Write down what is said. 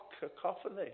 cacophony